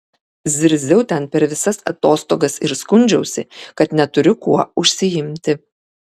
zirziau ten per visas atostogas ir skundžiausi kad neturiu kuo užsiimti